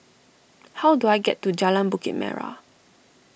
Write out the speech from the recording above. how do I get to Jalan Bukit Merah